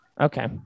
Okay